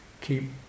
keep